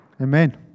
Amen